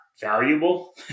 valuable